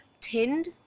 tinned